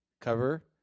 cover